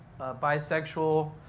bisexual